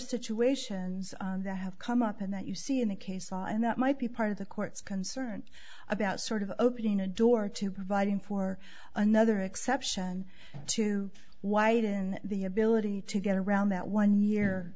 situations that have come up and that you see in the case law and that might be part of the court's concern about sort of opening a door to providing for another exception to widen the ability to get around that one year